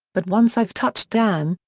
but once i've touched dan,